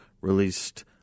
released